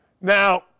Now